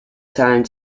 time